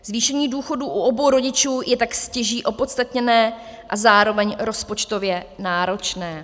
Zvýšení důchodů u obou rodičů je tak stěží opodstatněné a zároveň rozpočtově náročné.